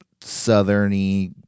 southerny